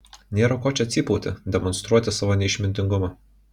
nėra ko čia cypauti demonstruoti savo neišmintingumą